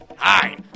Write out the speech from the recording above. Hi